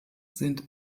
sind